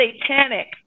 satanic